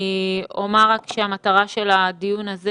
אני אומר רק שהמטרה של הדיון הזה